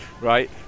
right